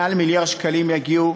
מעל מיליארד שקלים יגיעו